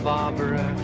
Barbara